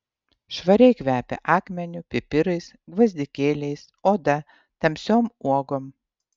švariai kvepia akmeniu pipirais gvazdikėliais oda tamsiom uogom